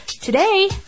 today